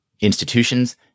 institutions